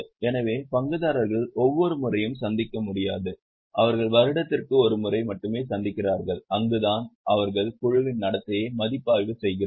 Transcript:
எனவே பங்குதாரர்கள் ஒவ்வொரு முறையும் சந்திக்க முடியாது அவர்கள் வருடத்திற்கு ஒரு முறை மட்டுமே சந்திக்கிறார்கள் அங்குதான் அவர்கள் குழுவின் நடத்தையை மதிப்பாய்வு செய்கிறார்கள்